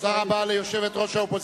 תודה רבה ליושבת-ראש האופוזיציה.